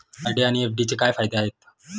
RD आणि एफ.डीचे काय फायदे आहेत?